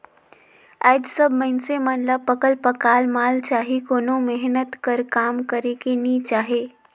आएज सब मइनसे मन ल पकल पकाल माल चाही कोनो मेहनत कर काम करेक नी चाहे